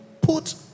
put